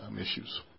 issues